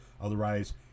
Otherwise